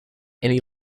and